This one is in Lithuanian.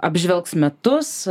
apžvelgs metus